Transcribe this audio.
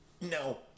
no